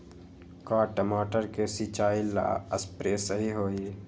का टमाटर के सिचाई ला सप्रे सही होई?